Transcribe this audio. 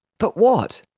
but what?